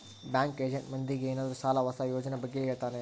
bank agent ಮಂದಿಗೆ ಏನಾದ್ರೂ ಸಾಲ ಹೊಸ ಯೋಜನೆ ಬಗ್ಗೆ ಹೇಳ್ತಾನೆ